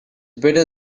better